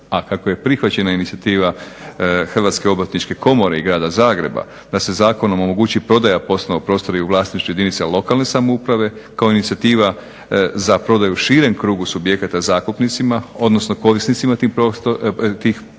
a kako je prihvaćena inicijativa Hrvatske obrtničke komore i Grada Zagreba da se zakonom omogući prodaja poslovnog prostora i u vlasništvu jedinice lokalne samouprave kao inicijativa za prodaju širem krugu subjekata zakupnicima, odnosno korisnicima tih prostora.